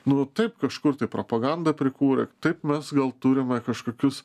nu taip kažkur tai propaganda prikūrė taip mes gal turim va kažkokius